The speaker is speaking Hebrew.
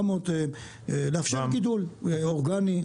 ויש לאפשר גידול אורגני.